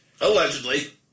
Allegedly